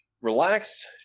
relax